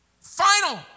final